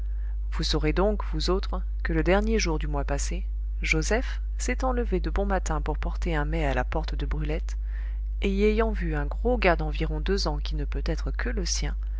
vous saurez donc vous autres que le dernier jour du mois passé joseph s'étant levé de bon matin pour porter un mai à la porte de brulette et y ayant vu un gros gars d'environ deux ans qui ne peut être que le sien